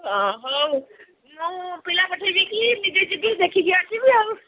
ଅ ହଉ ମୁଁ ପିଲା ପଠାଇବି କି ନିଜେ ଯିବି ଦେଖିକି ଆସିବି ଆଉ